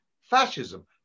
Fascism